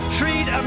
treat